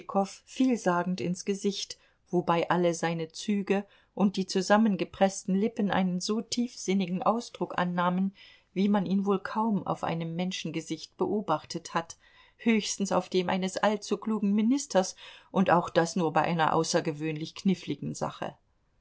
vielsagend ins gesicht wobei alle seine züge und die zusammengepreßten lippen einen so tiefsinnigen ausdruck annahmen wie man ihn wohl kaum auf einem menschengesicht beobachtet hat höchstens auf dem eines allzu klugen ministers und auch das nur bei einer außergewöhnlich kniffligen sache